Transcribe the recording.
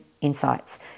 Insights